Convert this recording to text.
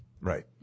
right